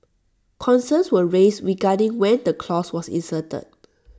concerns were raised regarding when the clause was inserted